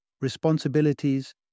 responsibilities